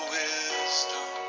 wisdom